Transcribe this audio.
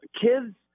kids